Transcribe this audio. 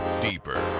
Deeper